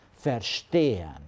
Verstehen